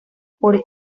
por